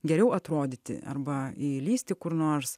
geriau atrodyti arba įlįsti kur nors